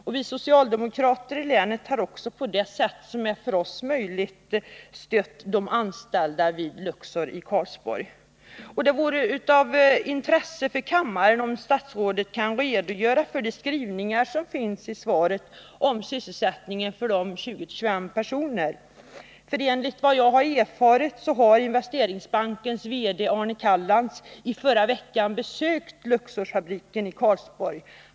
Det vore av intresse för kammaren, om statsrådet närmare kunde redogöra för skrivningen i svaret att det finns förhoppningar om att ganska snart skapa sysselsättning för 20-25 personer i Luxors fabrik. Enligt vad jag erfarit har Investeringsbankens VD Arne Callans i förra veckan besökt Luxors fabrik i Karlsborg.